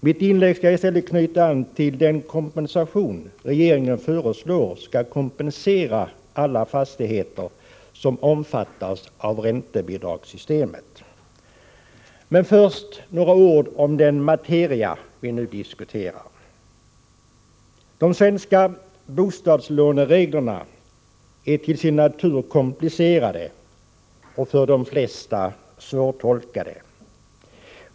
Mitt inlägg skall i stället knyta an till den kompensation regeringen föreslår skall gälla alla fastigheter, som omfattas av räntebidragssystemet. Först några ord om den materia som vi nu diskuterar. De svenska bostadslånereglerna är till sin natur komplicerade och för de flesta svårtolkade.